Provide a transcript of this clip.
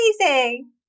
Amazing